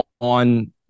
on